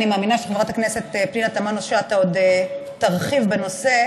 אני מאמינה שחברת הכנסת פנינה תמנו-שטה עוד תרחיב בנושא,